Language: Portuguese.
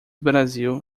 brasil